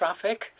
traffic